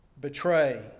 betray